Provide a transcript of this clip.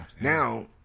Now